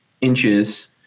inches